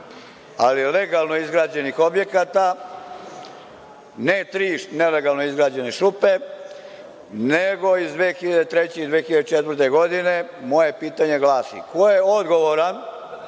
ali legalno izgrađenih objekata, ne tri nelegalno izgrađene šupe, nego iz 2003. i 2004. godine, moje pitanje glasi, ko je odgovoran